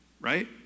Right